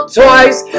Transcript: twice